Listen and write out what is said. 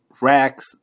racks